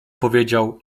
powiedział